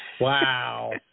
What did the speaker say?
Wow